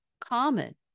common